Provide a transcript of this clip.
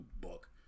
book